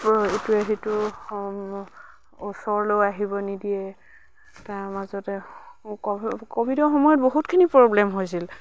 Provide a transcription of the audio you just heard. ইটোৱে সিটোৰ ওচৰলৈ আহিব নিদিয়ে তাৰ মাজতে ক'ভিডৰ সময়ত বহুতখিনি প্ৰব্লেম হৈছিল